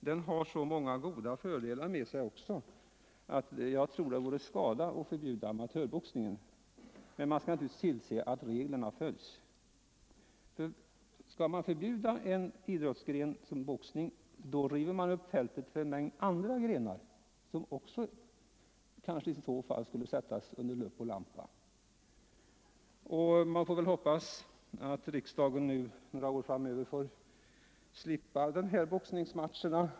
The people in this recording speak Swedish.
Den har så många fördelar att jag tror att det vore skada att förbjuda amatörboxningen. Men man skall naturligtvis tillse att reglerna följs. Förbjuder man en idrottsgren som boxning river man upp fältet för en mängd andra grenar som kanske i så fall också skulle sättas under lupp och lampa. Jag hoppas att riksdagen under några år framöver slipper de här ”boxningsmatcherna”.